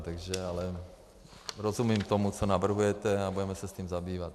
Ale rozumím tomu, co navrhujete, a budeme se tím zabývat.